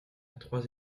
trois